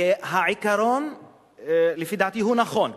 והעיקרון לדעתי הוא נכון.